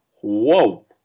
whoa